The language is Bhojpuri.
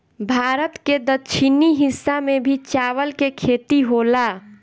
भारत के दक्षिणी हिस्सा में भी चावल के खेती होला